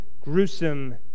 gruesome